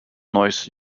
noise